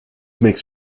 makes